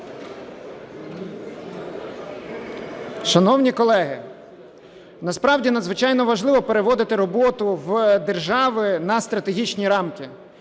Шановні колеги, насправді надзвичайно важливо переводити роботу держави на стратегічні рамки,